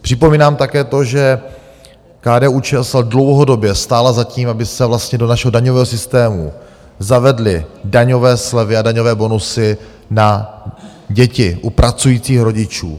Připomínám také to, že KDUČSL dlouhodobě stála za tím, aby se do našeho daňového systému zavedly daňové slevy a daňové bonusy na děti u pracujících rodičů.